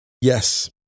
Yes